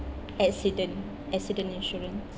accident accident insurance